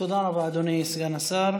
תודה רבה, אדוני סגן השר.